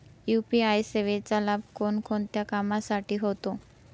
UPI सेवेचा लाभ कोणकोणत्या कामासाठी होतो?